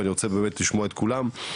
אני רוצה באמת לשמוע את כולם.